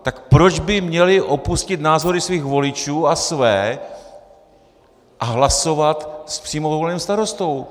Tak proč by měli opustit názory svých voličů a své a hlasovat s přímo voleným starostou?